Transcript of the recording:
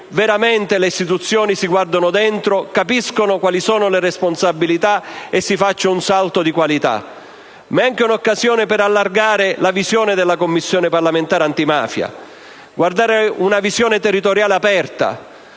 veramente le istituzioni si guardano dentro, capiscono quali siano le responsabilità e si faccia un salto di qualità. È anche un'occasione per allargare la visione della Commissione parlamentare antimafia e giungere ad una visione territoriale aperta. Oggi